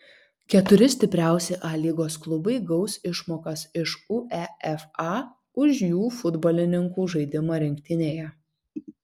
keturi stipriausi a lygos klubai gaus išmokas iš uefa už jų futbolininkų žaidimą rinktinėje